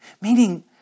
meaning